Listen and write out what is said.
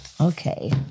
okay